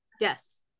Yes